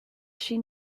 she